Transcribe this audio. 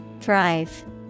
thrive